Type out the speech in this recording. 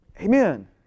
Amen